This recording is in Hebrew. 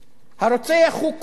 הרוצח הוא קורמן,